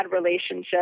relationship